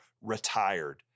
retired